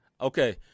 okay